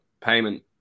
payment